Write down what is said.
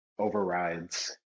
overrides